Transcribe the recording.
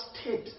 state